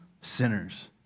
Sinners